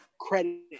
credit